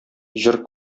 җыр